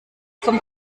kommt